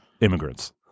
immigrants